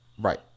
Right